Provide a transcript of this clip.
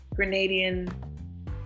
Grenadian